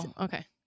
okay